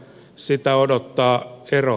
sitä odottaa kerro